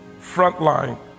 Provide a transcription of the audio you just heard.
frontline